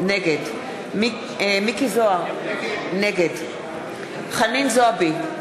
נגד מכלוף מיקי זוהר, נגד חנין זועבי,